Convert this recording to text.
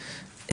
שנים,